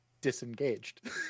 disengaged